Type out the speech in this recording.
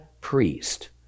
Priest